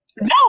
No